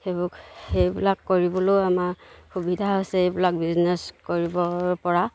সেইবোৰ সেইবিলাক কৰিবলৈও আমাৰ সুবিধা হৈছে এইবিলাক বিজনেছ কৰিবৰপৰা